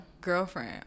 girlfriend